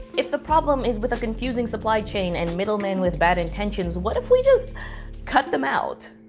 if the problem is with a confusing supply chain and middlemen with bad intentions, what if we just cut them out?